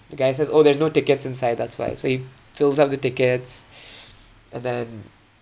the guy says oh there's no tickets inside that's why so he fills up the tickets and then